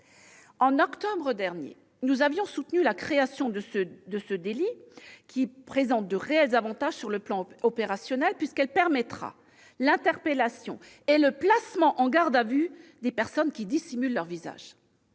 En octobre dernier, nous avions soutenu la création de ce délit, qui présente de réels avantages sur le plan opérationnel : elle permettra l'interpellation et le placement en garde à vue de personnes qui dissimulent leur visage.